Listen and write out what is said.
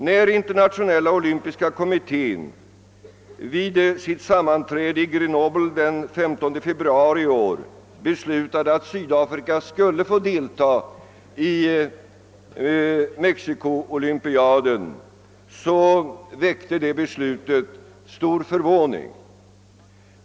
När Internationella olympiska kommittén vid sitt sammanträde i Grenoble den 15 februari i år beslutade att Syd afrika skulle få delta i Mexico-olympiaden, väckte det beslutet stor förvåning.